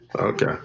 Okay